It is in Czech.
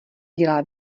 dělá